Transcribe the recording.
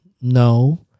No